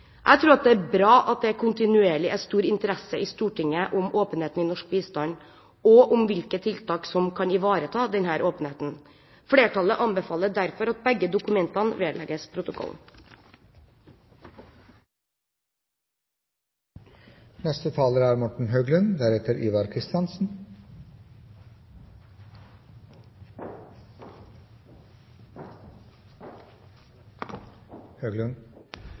Jeg tror at det er bra at det kontinuerlig er stor interesse i Stortinget for åpenhet i norsk bistand og for hvilke tiltak som kan ivareta denne åpenheten. Flertallet anbefaler derfor at begge dokumentene vedlegges